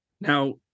Now